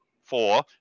four